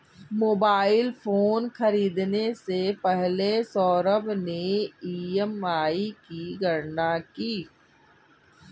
mobile phone खरीदने से पहले सौरभ ने ई.एम.आई की गणना की